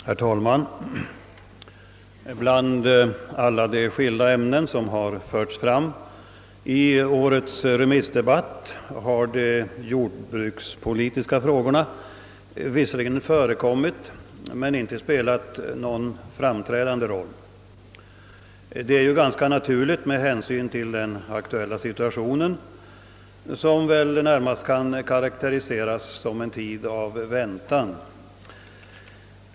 Herr talman! Bland alla de skilda ämnen som har förts fram i årets remissdebatt har de jordbrukspolitiska frågorna visserligen förekommit men inte spelat någon framträdande roll. Detta är ju ganska naturligt med hänsyn till den aktuella situationen, som väl närmast kan karakteriseras som en tid av väntan.